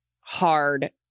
hard